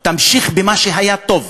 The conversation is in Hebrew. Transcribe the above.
תמשיך במה שהיה טוב.